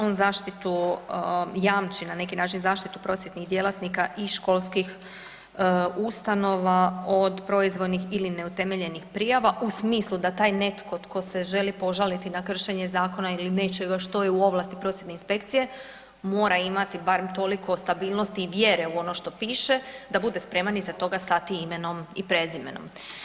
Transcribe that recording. On zaštitu jamči na neki način, zaštitu prosvjetnih djelatnika i školskih ustanova od proizvoljnih ili neutemeljenih prijava u smislu da taj netko tko se želi požaliti na kršenje zakona ili nečega što je u ovlasti prosvjetne inspekcije mora imati barem toliko stabilnosti i vjere u ono što piše da bude spreman iza toga stati imenom i prezimenom.